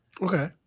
okay